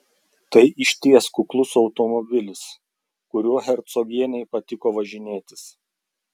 tai išties kuklus automobilis kuriuo hercogienei patiko važinėtis